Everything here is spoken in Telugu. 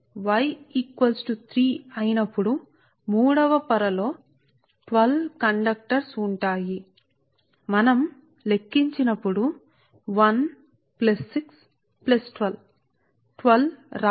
Y3 మూడవ పొర ఉన్నప్పుడు 12 కండక్టర్స్ 1 ప్లస్ 6 ప్లస్ 12 ఉంటుంది 1 6 12 మనకు 12 రావడం లేదు